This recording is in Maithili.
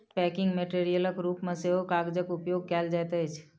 पैकिंग मेटेरियलक रूप मे सेहो कागजक उपयोग कयल जाइत अछि